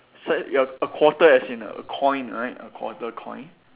so your a quarter as in a a coin right a quarter coin